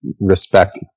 respect